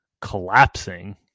collapsing